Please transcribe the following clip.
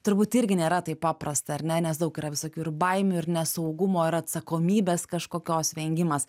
turbūt irgi nėra taip paprasta ar ne nes daug yra visokių ir baimių ir nesaugumo ir atsakomybės kažkokios vengimas